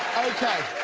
okay.